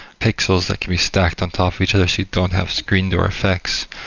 pixels that can be stacked on top of each other so you don't have screen door effects,